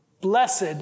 Blessed